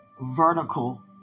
vertical